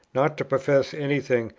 not to profess any thing,